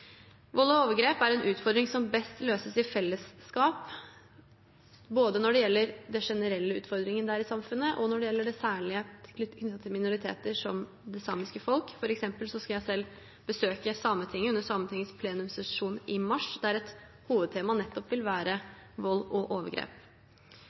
Vold og overgrep er en utfordring som best løses i fellesskap, både når det gjelder den generelle utfordringen det er i samfunnet, og når det gjelder det særlige, knyttet til minoriteter som det samiske folk. For eksempel skal jeg selv besøke Sametinget under Sametingets plenumssesjon i mars, der et hovedtema nettopp vil være